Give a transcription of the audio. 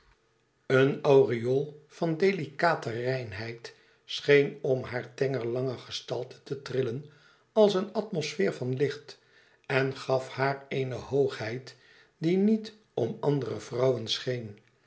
een aureool van delicate reinheid scheen om hare tenger lange gestalte te trillen als een atmosfeer van licht en gaf haar eene hoogheid die niet om andere vrouwen scheen